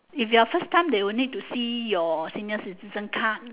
if you are first time they will need to see your senior citizen card